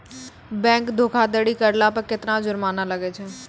Bank धोखाधड़ी करला पे केतना जुरमाना लागै छै?